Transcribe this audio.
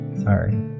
Sorry